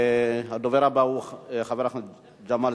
הדבר לא הוכחש על-ידי הממשלה,